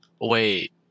Wait